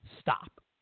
Stop